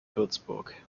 würzburg